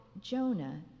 jonah